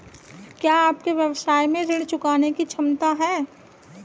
क्या आपके व्यवसाय में ऋण चुकाने की क्षमता है?